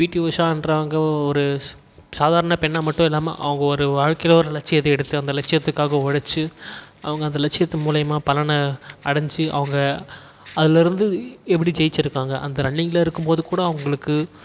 B T உஷான்கிறவங்க ஒரு ச சாதாரண பெண்ணாக மட்டும் இல்லாமல் அவங்க ஒரு வாழ்க்கையில் ஒரு லட்சியத்தை அந்த லட்சியத்துக்காக உழைச்சு அவங்க அந்த லட்சியத்து மூலிமா பலனை அடஞ்சு அவங்க அதில் இருந்து எப்படி ஜெயிச்சியிருக்காங்க அந்த ரன்னிங்கில் இருக்கும் போது கூட அவங்களுக்கு